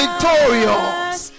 Victorious